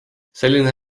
selline